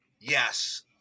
Yes